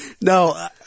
No